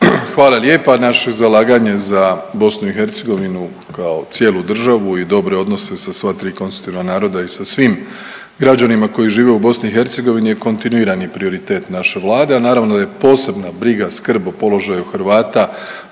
Hvala lijepa. Naše zalaganje za BiH kao cijelu državu i dobre odnose sa sva tri konstitutivna naroda i sva svim građanima koji žive u BiH je kontinuirani prioritet naše Vlade, a naravno da je posebna briga skrb o položaju Hrvata